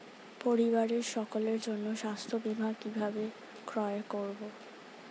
পরিবারের সকলের জন্য স্বাস্থ্য বীমা কিভাবে ক্রয় করব?